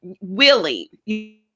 willing